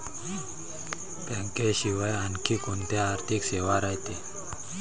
बँकेशिवाय आनखी कोंत्या आर्थिक सेवा रायते?